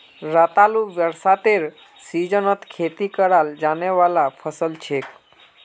रतालू बरसातेर सीजनत खेती कराल जाने वाला फसल छिके